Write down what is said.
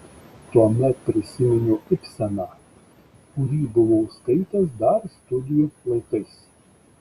tuomet prisiminiau ibseną kurį buvau skaitęs dar studijų laikais